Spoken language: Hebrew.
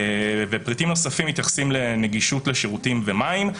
פריטים נוספים מתייחסים לנגישות לשירותים ומים,